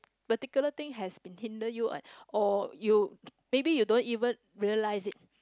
particular thing has been hinder you or you maybe you don't even realise it